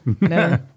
No